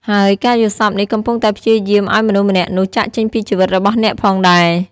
ហើយការយល់សបិ្តនេះកំពុងតែព្យាយាម ឲ្យមនុស្សម្នាក់នោះ ចាកចេញពីជីវិតរបស់អ្នកផងដែរ។